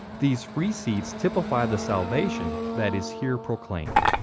these free seats typify the salvation that is here proclaimed.